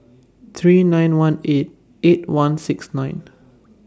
three nine one eight eight one six nine